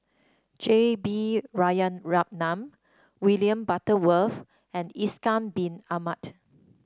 J B Jeyaretnam William Butterworth and Ishak Bin Ahmad